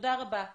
תודה רבה לך,